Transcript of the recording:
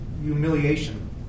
humiliation